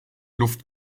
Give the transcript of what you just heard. luft